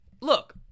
Look